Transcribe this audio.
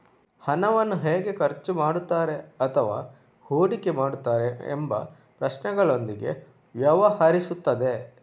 ಹಣವನ್ನು ಹೇಗೆ ಖರ್ಚು ಮಾಡುತ್ತಾರೆ ಅಥವಾ ಹೂಡಿಕೆ ಮಾಡುತ್ತಾರೆ ಎಂಬ ಪ್ರಶ್ನೆಗಳೊಂದಿಗೆ ವ್ಯವಹರಿಸುತ್ತದೆ